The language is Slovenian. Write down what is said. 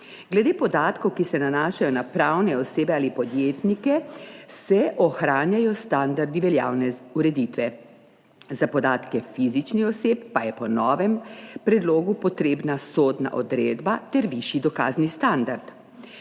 Glede podatkov, ki se nanašajo na pravne osebe ali podjetnike, se ohranjajo standardi veljavne ureditve, za podatke fizičnih oseb pa je po novem predlogu potrebna sodna odredba ter višji dokazni standard.